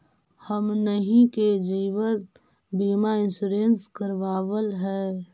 हमनहि के जिवन बिमा इंश्योरेंस करावल है?